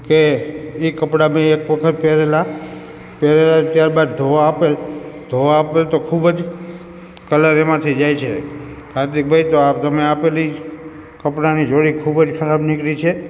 કે એ કપડા મેં એક વખત પહેરેલાં પહેરેલાં ત્યારબાદ ધોવા આપેલાં ધોવા આપેલાં તો ખૂબ જ કલર એમાંથી જાય છે કાર્તિકભઈ તો આ તમે આપેલી કપડાંની જોડી ખૂબ જ ખરાબ નીકળી છે